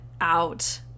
out